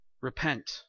repent